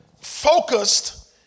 focused